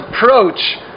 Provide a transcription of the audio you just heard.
approach